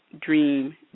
dream